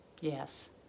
Yes